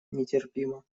нетерпима